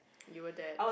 you were that